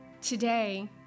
today